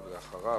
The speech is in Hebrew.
ואחריו,